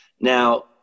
Now